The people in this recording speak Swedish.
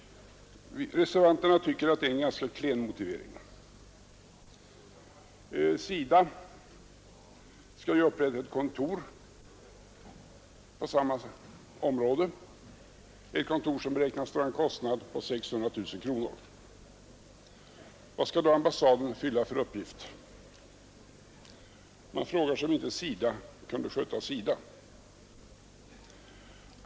Reservanterna tycker att det är en ganska klen motivering. SIDA skall upprätta ett kontor i samma område, ett kontor som beräknas dra en kostnad på 600 000 kronor. Vilken uppgift skall då ambassaden fylla? Man frågar sig om inte SIDA kunde sköta SIDA.